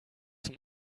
zum